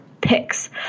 picks